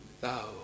Thou